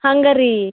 ಹಂಗ ರೀ